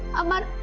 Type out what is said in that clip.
of one